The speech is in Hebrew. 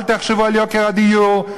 אל תחשבו על יוקר הדיור,